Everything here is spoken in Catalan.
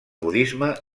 budisme